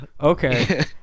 okay